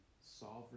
sovereign